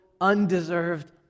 undeserved